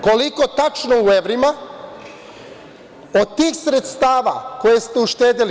Koliko tačno u evrima, od tih sredstava koje ste uštedeli?